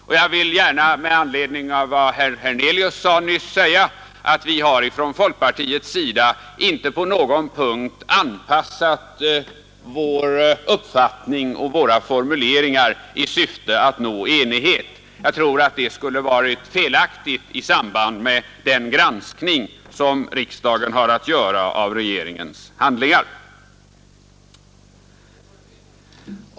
Och med anledning av vad herr Hernelius nyss anförde vill jag gärna säga, att vi från folkpartiets sida inte på någon punkt har anpassat vår uppfattning och våra formuleringar i syfte att nå enighet. Det tror jag skulle ha varit felaktigt i samband med den granskning som riksdagen har att göra av regeringens handlingar.